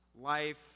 Life